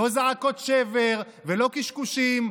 לא זעקות שבר ולא קשקושים.